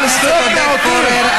על זכויות מיעוטים?